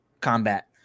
combat